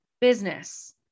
business